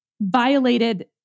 violated